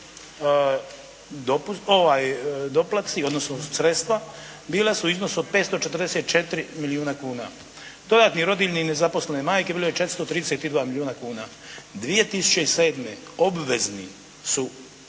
doplatci, odnosno sredstva bila su u iznosu od 544 milijuna kuna. Dodatni rodiljni i nezaposlene majke bilo je 432 milijuna kuna. 2007. obvezni su